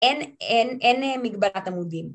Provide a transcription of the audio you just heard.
אין, אין, אין מגבלת עמודים